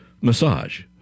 massage